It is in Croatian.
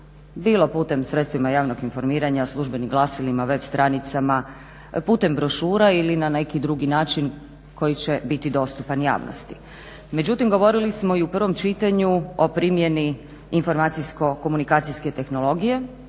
bilo putem sredstvima javnog informiranja, službenim glasilima, web stranicama, putem brošura ili na neki drugi način koji će biti dostupan javnosti. Međutim, govorili smo i u prvom čitanju o primjeni informacijsko-komunikacijske tehnologije